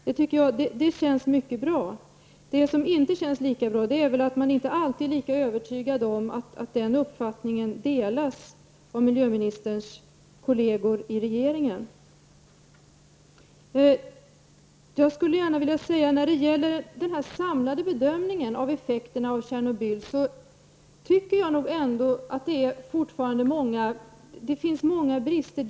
Däremot känns det inte lika bra att man inte alltid är lika övertygad om att den uppfattningen delas av miljöministerns kolleger i regeringen. När det gäller den samlade bedömningen av effekterna av Tjernobyl tycker jag att det fortfarande finns många brister.